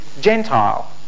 Gentile